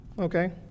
Okay